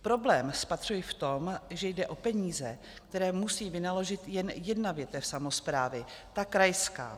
Problém spatřuji v tom, že jde o peníze, které musí vynaložit jen jedna větev samosprávy, ta krajská.